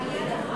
על יד אחת.